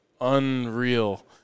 unreal